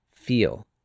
Feel